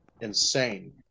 insane